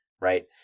Right